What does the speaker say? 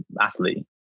athlete